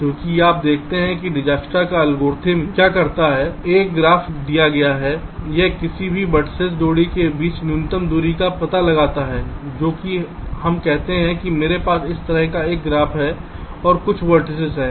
चूँकि आप देखते हैं कि दिज्कस्ट्रा का एल्गोरिदम क्या करता है एक ग्राफ दिया गया है यह किसी भी वेर्तिसेस जोड़ी के बीच न्यूनतम दूरी का पता लगाता है जैसे कि हम कहते हैं मेरे पास इस तरह का एक ग्राफ है कुछ वेर्तिसेस हैं